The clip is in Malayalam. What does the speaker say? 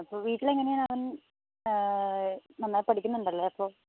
അപ്പോൾ വീട്ടിലെങ്ങനെയാണ് അവൻ നന്നായി പഠിക്കുന്നുണ്ടല്ലേ അപ്പോൾ